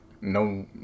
No